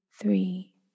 three